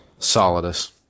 Solidus